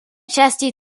časti